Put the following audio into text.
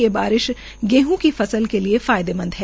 ये बारिश गेहं की फसल के लिए फायदेमंद है